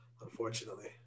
Unfortunately